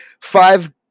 five